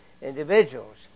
individuals